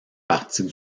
partie